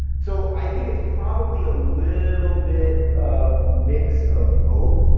so i think it's probably a little bit of mix of both.